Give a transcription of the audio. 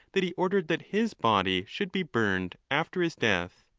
that he ordered that his body should be burned after his death,